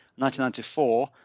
1994